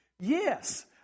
Yes